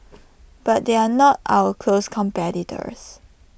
but they are not our close competitors